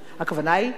הכוונה היא להסדיר.